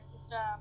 system